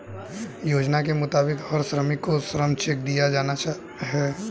योजना के मुताबिक हर श्रमिक को श्रम चेक दिया जाना हैं